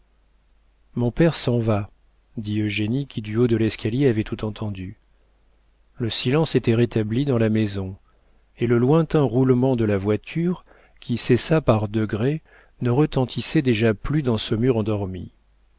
mon père s'en va dit eugénie qui du haut de l'escalier avait tout entendu le silence était rétabli dans la maison et le lointain roulement de la voiture qui cessa par degrés ne retentissait déjà plus dans saumur endormi